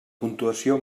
puntuació